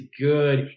good